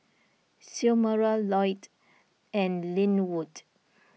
Xiomara Loyd and Linwood